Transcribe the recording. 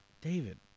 David